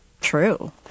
true